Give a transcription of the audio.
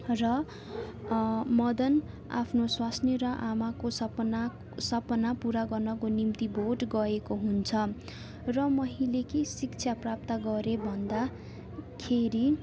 र मदन आफ्नो स्वास्नी र आमाको सपना सपना पुरा गर्नको निम्ति भोट गएको हुन्छ र मैले के शिक्षा प्राप्त गरे भन्दाखेरि